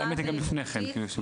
האמת גם לפני כן.